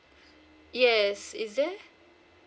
yes is there